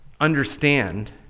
understand